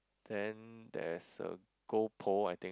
then there's a goal pole I think